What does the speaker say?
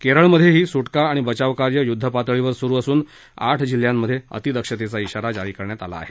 केरळमध्येही सुटका आणि बचावकार्य युद्धपातळीवर सुरू असून आठ जिल्ह्यांमध्ये अतिदक्षतेचा श्वारा जारी करण्यात आला आहे